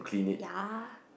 ya